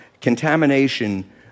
Contamination